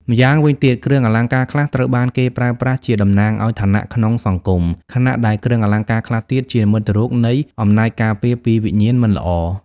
ម៉្យាងវិញទៀត គ្រឿងអលង្ការខ្លះត្រូវបានគេប្រើប្រាស់ជាតំណាងឱ្យឋានៈក្នុងសង្គម ខណៈដែលគ្រឿងអលង្ការខ្លះទៀតជានិមិត្តរូបនៃអំណាចការពារពីវិញ្ញាណមិនល្អ។